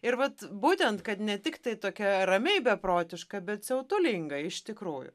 ir vat būtent kad ne tik tai tokia ramiai beprotiška bet siautulingai iš tikrųjų